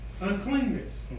Uncleanness